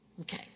Okay